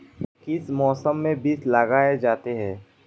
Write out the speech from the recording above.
किस मौसम में बीज लगाए जाते हैं?